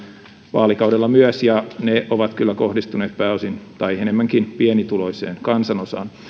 vaalikaudella ja se on kyllä kohdistunut pääosin tai enemmänkin pienituloiseen kansanosaan